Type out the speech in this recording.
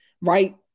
right